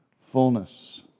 Fullness